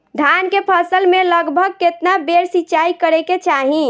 धान के फसल मे लगभग केतना बेर सिचाई करे के चाही?